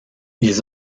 ils